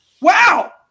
Wow